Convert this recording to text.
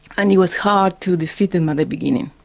and it was hard to defeat them at the beginning.